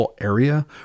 area